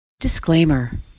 Disclaimer